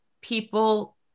people